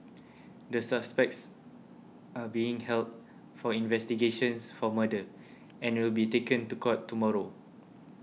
the suspects are being held for investigations for murder and will be taken to court tomorrow